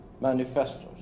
manifestos